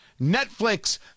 Netflix